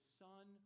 son